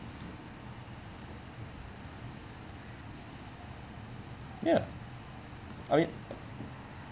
ya I mean